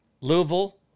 Louisville